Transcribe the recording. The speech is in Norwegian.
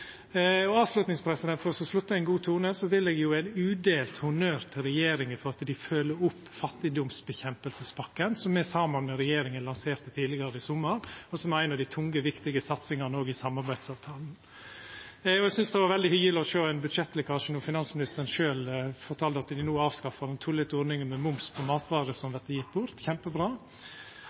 for å slutta i ein god tone – vil eg gje udelt honnør til regjeringa for at dei følgjer opp pakken for kamp mot fattigdom, som me saman med regjeringa lanserte tidlegare i sommar, og som er ei av dei tunge og viktige satsingane i samarbeidsavtalen. Eg syntest òg det var veldig hyggjeleg å sjå ein budsjettlekkasje då finansministeren sjølv fortalde at dei no avskaffar den tullete ordninga med moms på matvarer som vert gjevne bort – kjempebra!